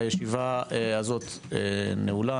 הישיבה נעולה.